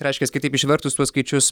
reiškias kitaip išvertus tuos skaičius